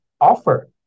offer